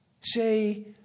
say